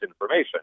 information